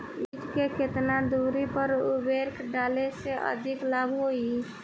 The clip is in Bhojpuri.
बीज के केतना दूरी पर उर्वरक डाले से अधिक लाभ होई?